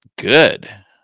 good